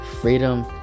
freedom